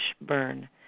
burn